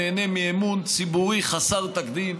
נהנה מאמון ציבורי חסר תקדים,